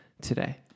today